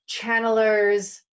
channelers